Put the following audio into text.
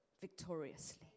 victoriously